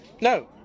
no